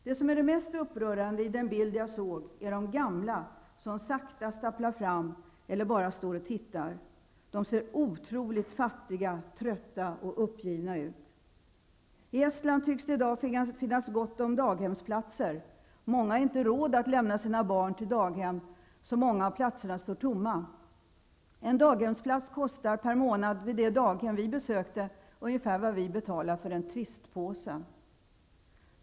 Det som var det mest upprörande i den bild jag såg var de gamla som sakta stapplade fram eller bara stod och tittade. De ser oerhört fattiga, trötta och uppgivna ut. I Estland tycks det i dag finnas gott om daghemsplatser. Många har inte råd att lämna sina barn till daghem, så många av platserna står tomma. En daghemsplats kostar per månad vid det daghem vi besökte ungefär vad man i Sverige betalar för en Twistpåse.